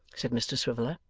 said mr swiveller,